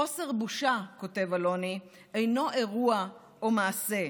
חוסר בושה" כותב אלוני, "אינו אירוע או מעשה,